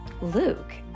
Luke